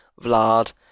Vlad